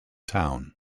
town